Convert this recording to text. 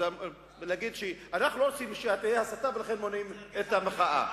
אז אי-אפשר לומר שאנחנו לא רוצים שתהיה הסתה ולכן מונעים את המחאה.